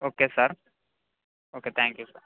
okay sir okay thank you sir